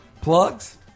Plugs